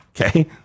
okay